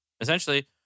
essentially